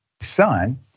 son